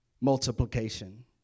multiplication